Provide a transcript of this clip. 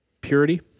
Purity